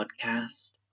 podcast